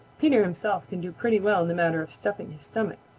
peter himself can do pretty well in the matter of stuffing his stomach,